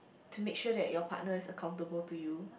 to make sure that your partner is accountable to you